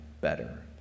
better